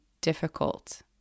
difficult